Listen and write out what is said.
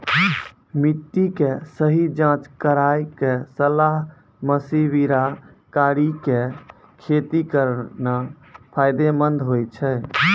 मिट्टी के सही जांच कराय क सलाह मशविरा कारी कॅ खेती करना फायदेमंद होय छै